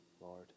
Lord